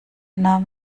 nahm